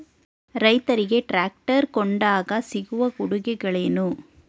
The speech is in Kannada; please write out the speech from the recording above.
ರೈತರಿಗೆ ಟ್ರಾಕ್ಟರ್ ಕೊಂಡಾಗ ಸಿಗುವ ಕೊಡುಗೆಗಳೇನು?